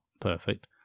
perfect